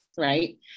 Right